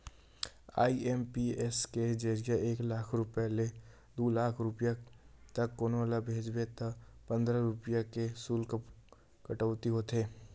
IMPS के जरिए एक लाख रूपिया ले दू लाख रूपिया तक कोनो ल भेजबे त पंद्रह रूपिया के सुल्क कटउती होथे